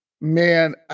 man